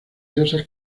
diosas